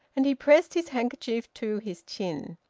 and he pressed his handkerchief to his chin.